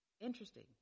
interesting